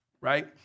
right